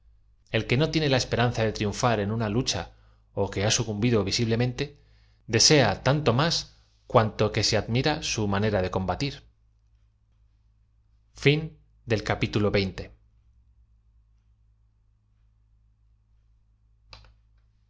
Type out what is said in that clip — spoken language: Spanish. el que no tiene la esperanza de triunfar en una lucha ó que ha sucumbido visiblemente desea tanto máa cuanto que se adm ira su manera de combatir